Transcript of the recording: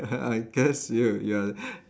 I guess you ya